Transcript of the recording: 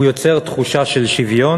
הוא יוצר תחושה של שוויון,